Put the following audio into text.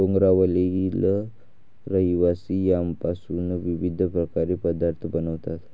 डोंगरावरील रहिवासी यामपासून विविध प्रकारचे पदार्थ बनवतात